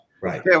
Right